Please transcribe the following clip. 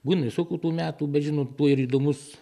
būna visokių tų metų bet žinot tuo ir įdomus